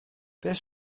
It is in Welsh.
beth